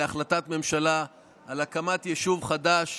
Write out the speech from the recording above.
החלטת ממשלה על הקמת יישוב חדש,